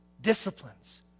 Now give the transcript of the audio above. disciplines